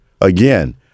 again